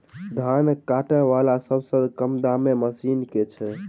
धान काटा वला सबसँ कम दाम केँ मशीन केँ छैय?